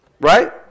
right